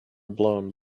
blown